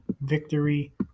victory